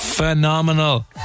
Phenomenal